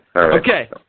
Okay